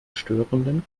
störenden